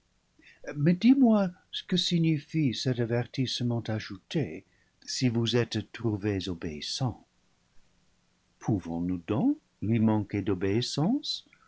dis-moi ce que signifie cet avertissement ajouté si vous êtes trouvés obéissants pouvons-nous donc lui man man d'obéisance